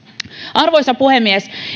arvoisa puhemies